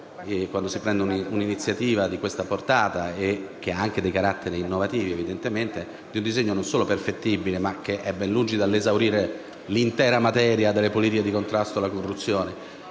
quando si prende un'iniziativa di questa portata, che evidentemente ha anche dei caratteri innovativi - di un disegno non solo perfettibile, ma che è ben lungi dall'esaurire l'intera materia delle politiche di contrasto alla corruzione.